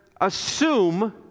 assume